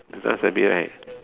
you dance a bit right